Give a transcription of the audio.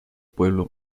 pueblo